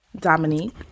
Dominique